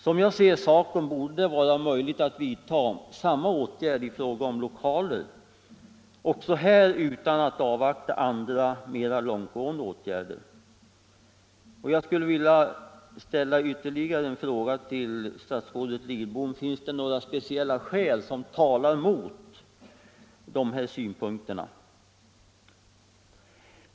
Som jag ser saken, borde det vara möjligt att vidta samma åtgärder i fråga om lokaler, också här utan att avvakta andra mera långtgående åtgärder. Jag skulle vilja ställa ytterligare en fråga till statsrådet Lidbom: Finns det några speciella skäl som talar mot de här synpunkterna?